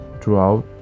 throughout